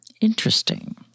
Interesting